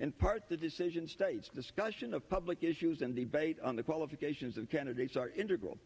and part the decision states discussion of public issues and the debate on the qualifications of candidates are integral